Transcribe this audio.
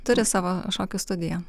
turi savo šokių studiją